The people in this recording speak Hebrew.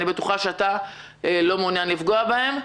אני בטוחה שאתה לא מעוניין לפגוע בהם.